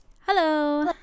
Hello